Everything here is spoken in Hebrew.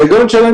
לתעסוקה.